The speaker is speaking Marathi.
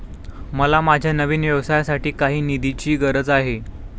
मला माझ्या नवीन व्यवसायासाठी काही निधीची गरज आहे